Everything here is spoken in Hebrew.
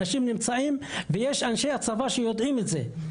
אנשים נמצאים, ויש אנשי צבא שיודעים את זה.